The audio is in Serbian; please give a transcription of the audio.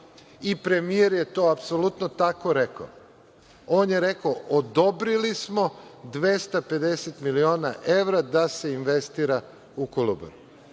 premijer je to apsolutno tako rekao. On je rekao odobrili smo 250 miliona evra da se investira u Kolubaru.